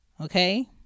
okay